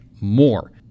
more